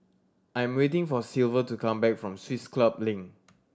I'm waiting for Silver to come back from Swiss Club Link